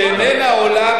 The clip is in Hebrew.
שאיננה עולה,